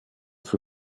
für